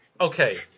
Okay